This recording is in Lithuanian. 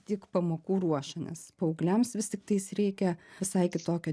tik pamokų ruošenas paaugliams vis tiktai jis rėkia visai kitokio